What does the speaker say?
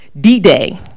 D-Day